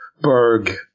Berg